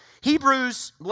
Hebrew's